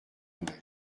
vrai